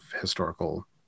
historical